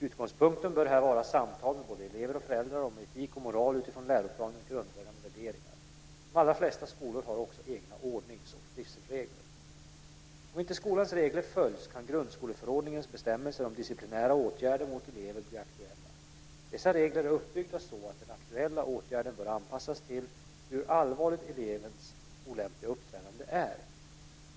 Utgångspunkten bör här vara samtal med både elever och föräldrar om etik och moral utifrån läroplanens grundläggande värderingar. De allra flesta skolor har också egna ordnings och trivselregler. Om inte skolans regler följs kan grundskoleförordningens bestämmelser om disciplinära åtgärder mot elever bli aktuella. Dessa regler är uppbyggda så att den aktuella åtgärden bör anpassas till hur allvarligt elevens olämpliga uppträdande är.